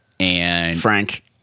Frank